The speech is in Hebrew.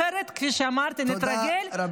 אחרת, כפי שאמרתי, נתרגל -- תודה רבה.